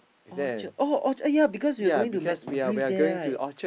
Orchard oh oh uh ya because we are going to met brief there right